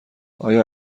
آیا